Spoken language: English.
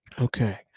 Okay